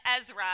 Ezra